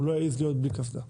הוא לא יעז להיות בלי קסדה.